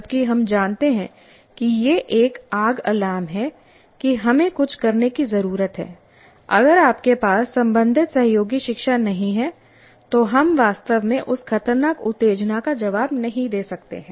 जबकि हम जानते हैं कि यह एक आग अलार्म है कि हमें कुछ करने की ज़रूरत है अगर आपके पास संबंधित सहयोगी शिक्षा नहीं है तो हम वास्तव में उस खतरनाक उत्तेजना का जवाब नहीं दे सकते हैं